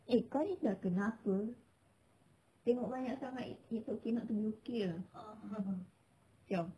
eh kau ni dah kenapa tengok banyak sangat siao